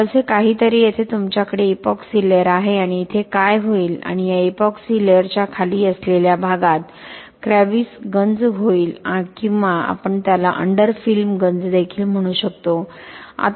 तर असे काहीतरी येथे तुमच्याकडे इपॉक्सी लेयर आहे आणि इथे काय होईल आणि या इपॉक्सी लेयरच्या खाली असलेल्या भागात क्रॅव्हिस गंज होईल किंवा आपण त्याला अंडर फिल्म गंज देखील म्हणू शकतो